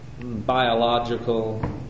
biological